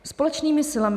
Společnými silami...